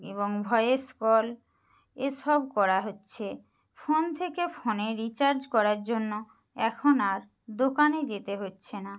এবং voice call এসব করা হচ্ছে ফোন থেকে ফোনে রিচার্জ করার জন্য এখন আর দোকানে যেতে হচ্ছে না